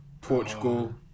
Portugal